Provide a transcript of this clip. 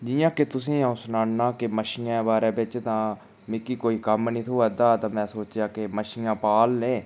जियां कि तुसें अऊं सनाना कि मच्छियें दे बारे बिच्च तां मिगी कोई कम्म नेईं थ्होआ दा मैं सोचेआ कि मच्छियें पालनें